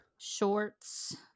shorts